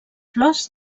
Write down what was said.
flors